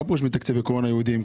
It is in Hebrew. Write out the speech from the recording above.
מה פירוש תקציבי קורונה ייעודיים?